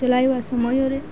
ଚଲାଇବା ସମୟରେ